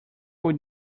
would